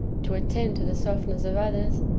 to attend to the softness of others,